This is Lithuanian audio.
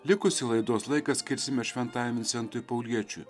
likusį laidos laiką skirsime šventajam vincentui pauliečiui